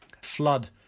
flood